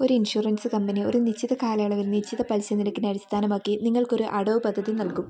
ഒരു insurance company ഒരു നിശ്ചിത കാലയളവിൽ നിശ്ചിത പലിശ നിരക്കിനെ അടിസ്ഥാനമാക്കി നിങ്ങൾക്കൊരു അടവു പദ്ധതി നൽകും